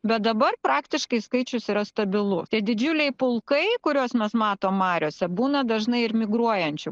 bet dabar praktiškai skaičius yra stabilu tie didžiuliai pulkai kuriuos mes matom mariose būna dažnai ir migruojančių